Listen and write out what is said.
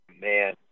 man